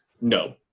No